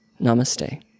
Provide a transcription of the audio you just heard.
Namaste